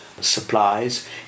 supplies